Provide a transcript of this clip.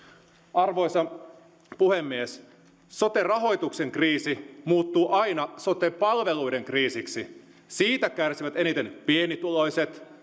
arvoisa puhemies sote rahoituksen kriisi muuttuu aina sote palveluiden kriisiksi siitä kärsivät eniten pienituloiset